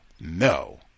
No